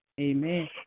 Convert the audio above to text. Amen